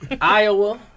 Iowa